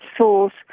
source